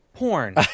Porn